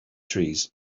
trees